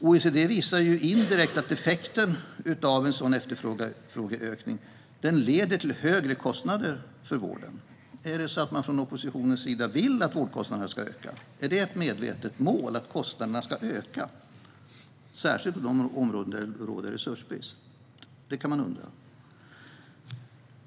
OECD visar att den indirekta effekten av en efterfrågeökning blir högre kostnader för vården. Vill oppositionen att vårdkostnaderna ska öka? Är det ett medvetet mål att kostnaderna ska öka, särskilt på de områden där det råder resursbrist? Det kan man undra.